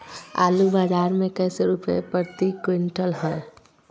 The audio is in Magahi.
आलू बाजार मे कैसे रुपए प्रति क्विंटल है?